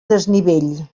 desnivell